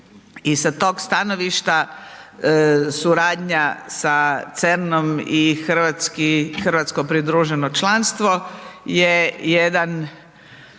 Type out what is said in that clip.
I sa tog stanovišta suradnja sa CERN-om i hrvatsko pridruženo članstvo je jedan